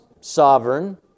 sovereign